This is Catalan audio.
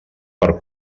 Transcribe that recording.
per